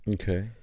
okay